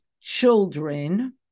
children